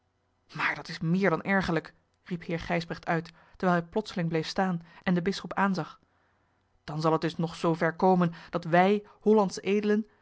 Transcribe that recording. maar dat is meer dan ergerlijk riep heer gijsbrecht uit terwijl hij plotseling bleef staan en den bisschop aanzag dan zal het dus nog zoover komen dat wij hollandsche edelen